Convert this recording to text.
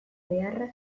beharra